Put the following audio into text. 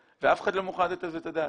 אף אחד לא מוכן לתת על זה את הדעת.